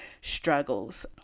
struggles